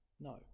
No